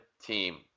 team